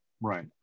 Right